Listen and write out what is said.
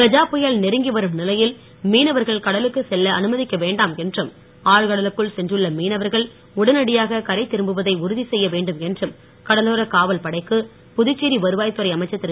கஜா புயல் நெருங்கி வரும் நிலையில் மீனவர்கள் கடலுக்கு செல்ல அனுமதிக்க வேண்டாம் என்றும் ஆழ்கடலுக்குள் சென்றுள்ள மீனவர்கள் உடனடியாக கரை திரும்புவதை உறுதி செய்ய வேண்டும் என்று கடலோர காவல் படைக்கு புதுச்சேரி வருவாய் துறை அமைச்சர் திரு